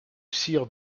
sire